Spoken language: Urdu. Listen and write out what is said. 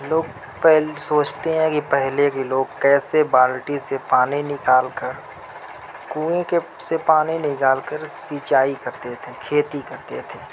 لوگ پہل سوچتے ہیں کہ پہلے بھی لوگ کیسے بالٹی سے پانی نکال کر کنویں کے سے پانی نکال کر سنچائی کرتے تھے کھیتی کرتے تھے